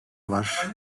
var